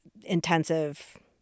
intensive